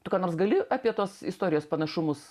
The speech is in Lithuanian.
tu ką nors gali apie tos istorijos panašumus